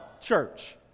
church